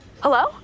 Hello